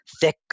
thick